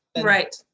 right